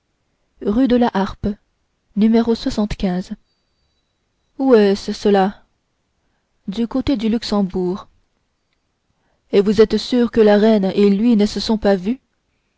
rue de la harpe no où est-ce cela du côté du luxembourg et vous êtes sûr que la reine et lui ne se sont pas vus